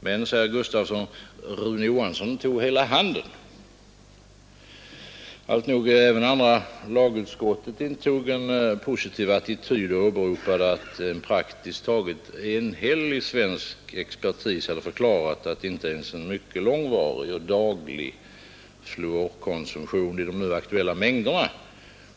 Men, säger Gustafsson, Rune Johansson tog hela handen. Alltnog, även andra lagutskottet intog en positiv attityd och åberopade att en praktiskt taget enhällig svensk expertis hade förklarat att inte ens en mycket långvarig och daglig fluorkonsumtion i de nu aktuella mängderna